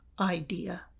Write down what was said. idea